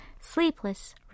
Sleepless